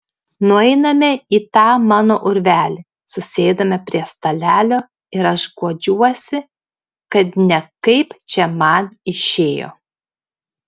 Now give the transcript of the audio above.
nueiname į tą mano urvelį susėdame prie stalelio ir aš guodžiuosi kad ne kaip čia man išėjo